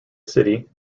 city